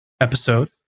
episode